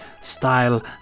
style